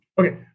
Okay